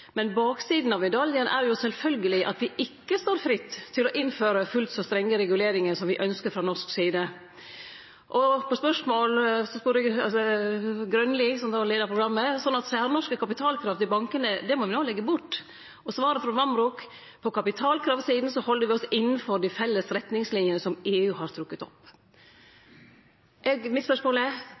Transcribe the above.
men baksida av medaljen er sjølvsagt at me ikkje står fritt til å innføre fullt så strenge reguleringar som me ønskjer frå norsk side. Grønli, som leia programmet, spurde: Er det slik at særnorske kapitalkrav til bankane, det må me no leggje bort? Svaret frå Vamraak var: På kapitalsida held me oss innanfor dei felles retningslinjene som EU har trekt opp.